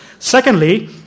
Secondly